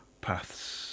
paths